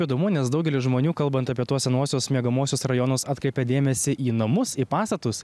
įdomu nes daugeliui žmonių kalbant apie tuos senuosius miegamuosius rajonus atkreipia dėmesį į namus į pastatus